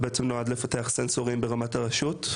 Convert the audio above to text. שנועד לפתח סנסורים ברמת הרשויות.